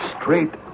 straight